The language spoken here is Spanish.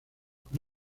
con